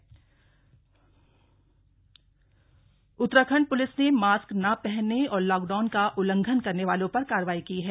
police कार्रवाई Uttarakhand police ने mask न पहनने और लॉकडाउन का उल्लंघन करने वालों पर कार्रवाई की है